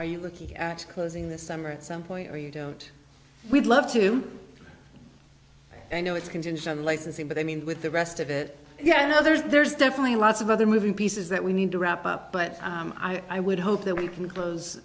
are you looking at closing this summer at some point or you don't we'd love to i know it's contingent on licensing but i mean with the rest of it yeah i know there's definitely lots of other moving pieces that we need to wrap up but i would hope that we can close